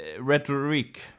rhetoric